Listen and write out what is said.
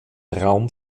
raum